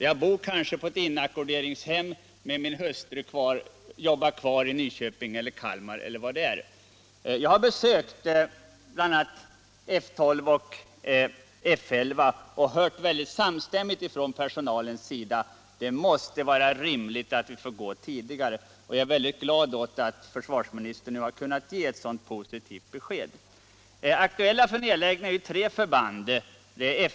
Man bor kanske på ett inackorderingshem, medan hustrun jobbar kvar i Nyköping eller Kalmar. Jag har besökt F 11 och F 12 och hört samstämmigt från personalen: Det måste vara rimligt att vi får gå tidigare. Jag är glad åt att försvarsministern nu kunnat ge ett sådant positivt besked.